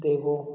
देगो